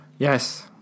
Yes